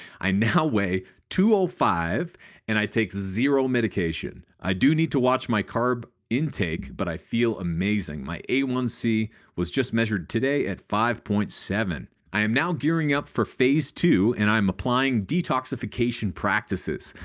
i now weigh two hundred and ah five and i take zero medication. i do need to watch my carb intake but i feel amazing. my a one c was just measured today at five point seven. i am now gearing up for phase two and i'm applying detoxification practices.